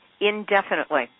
indefinitely